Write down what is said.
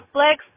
Flex